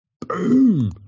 Boom